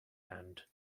hand